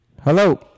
Hello